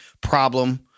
problem